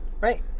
Right